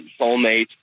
soulmate